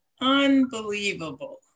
Unbelievable